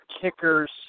kickers